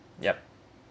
yup